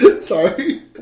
Sorry